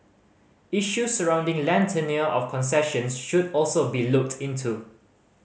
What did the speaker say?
issues surrounding land tenure of concessions should also be looked into